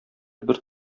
бер